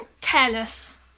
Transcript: Careless